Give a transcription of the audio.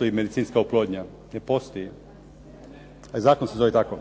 je i medicinska oplodnja. Ne postoji. A i zakon se zove tako.